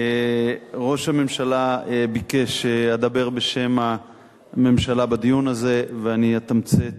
ראש הממשלה ביקש שאדבר בשם הממשלה בדיון הזה ואני אתמצת